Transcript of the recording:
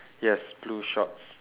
yes blue shorts